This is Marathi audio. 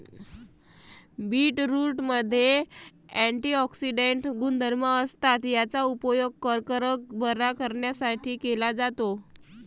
बीटरूटमध्ये अँटिऑक्सिडेंट गुणधर्म असतात, याचा उपयोग कर्करोग बरा करण्यासाठी केला जातो